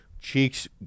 cheeks